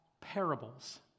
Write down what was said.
parables